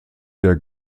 der